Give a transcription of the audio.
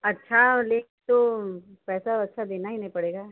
अच्छा लेंगे तो पैसा वैसा देना ही ना पड़ेगा